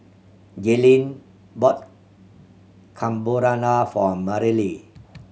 Jaylen bought Carbonara for Marilee